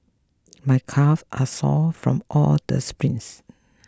my calves are sore from all the sprints